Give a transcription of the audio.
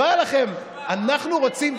היא רוצה,